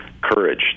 courage